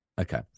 okay